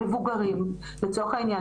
המבוגרים לצורך העניין,